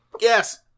Yes